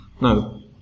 No